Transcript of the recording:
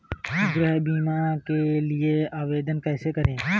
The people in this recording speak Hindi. गृह बीमा के लिए आवेदन कैसे करें?